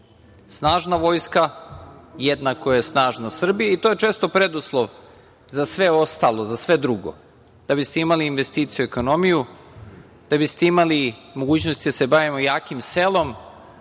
Snažna vojska jednako je snažna Srbija i to je često preduslov za sve ostalo, za sve drugo, da biste imali investicije i ekonomiju, da biste imali mogućnosti da se bavimo jakim selom,